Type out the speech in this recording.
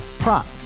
Prop